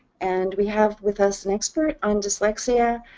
and we have with us an expert on dyslexia,